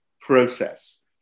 process